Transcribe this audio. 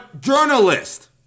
journalist